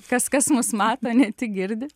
kas kas mus mato ne tik girdi